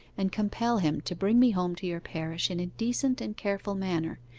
and compel him to bring me home to your parish in a decent and careful manner,